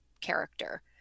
character